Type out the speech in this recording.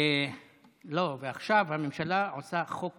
ועכשיו הממשלה עושה חוק קבוע.